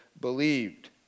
believed